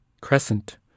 Crescent